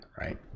right